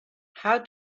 how